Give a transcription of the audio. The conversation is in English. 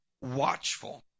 watchful